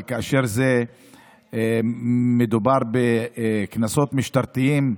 אבל כאשר מדובר בקנסות משטרתיים,